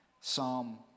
Psalm